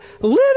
little